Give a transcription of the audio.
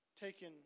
taken